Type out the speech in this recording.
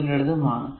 അത് ലളിതമാണ്